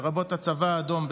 לרבות הצבא האדום,